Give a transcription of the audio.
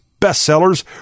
bestsellers